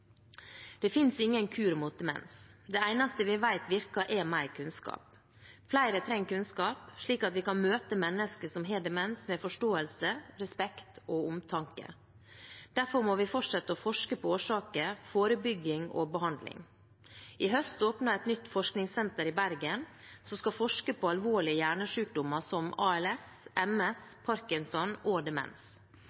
Det finnes ingen kur mot demens. Det eneste vi vet virker, er mer kunnskap. Flere trenger kunnskap, slik at vi kan møte mennesker som har demens, med forståelse, respekt og omtanke. Derfor må vi fortsette å forske på årsaker, forebygging og behandling. I høst åpnet et nytt forskningssenter i Bergen, som skal forske på alvorlige hjernesykdommer som ALS, MS,